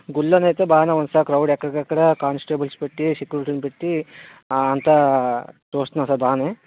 గుళ్ళో అయితే బాగానే ఉంది సార్ క్రౌడు ఎక్కడికక్కడ కానిస్టేబుల్స్ పెట్టి సెక్యూరిటీని పెట్టి అంతా చూస్తున్నాం సార్ బాగానే